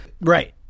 Right